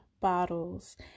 bottles